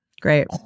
Great